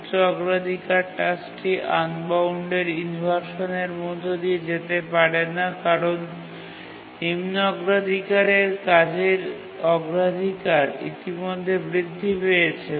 উচ্চ অগ্রাধিকার টাস্কটি আনবাউন্ডেড ইনভারশানের মধ্য দিয়ে যেতে পারে না কারণ নিম্ন অগ্রাধিকারের কাজের অগ্রাধিকার ইতিমধ্যে বৃদ্ধি পেয়েছে